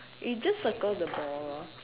you just circle the ball